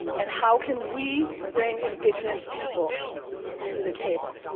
and how can we bring indigenous people to the table?